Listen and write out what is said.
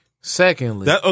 secondly